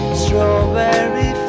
Strawberry